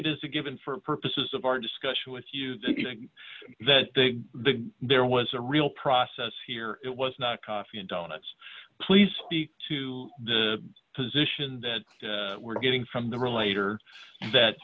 it as a given for purposes of our discussion with you that the there was a real process here it was not coffee and donuts please speak to the position that we're getting from the relator that